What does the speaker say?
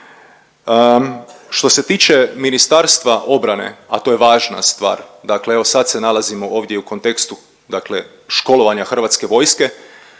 Što se tiče Ministarstva obrane, a to je važna stvar, dakle evo sad se nalazimo ovdje i u kontekstu, dakle školovanja Hrvatske vojske.